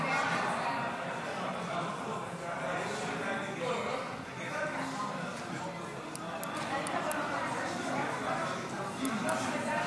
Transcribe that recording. המחנה הממלכתי והעבודה להביע אי-אמון בממשלה לא נתקבלה.